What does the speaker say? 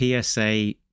PSA